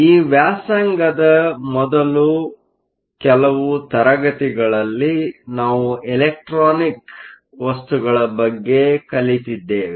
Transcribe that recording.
ಈ ವ್ಯಾಂಸಗದ ಮೊದಲ ಕೆಲವು ತರಗತಿಗಳಲ್ಲಿ ನಾವು ಎಲೆಕ್ಟ್ರಾನಿಕ್ ವಸ್ತುಗಳ ಬಗ್ಗೆ ಕಲಿತಿದ್ದೇವೆ